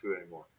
anymore